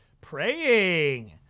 Praying